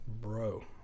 Bro